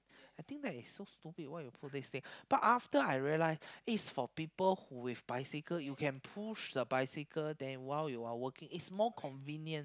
I think that is so stupid why you put these thing but after I realise is for people who with bicycle you can push the bicycle there while you are walking is more convenient